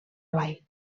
blai